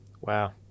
Wow